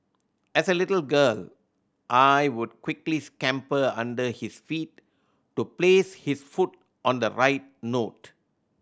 as a little girl I would quickly scamper under his feet to place his foot on the right note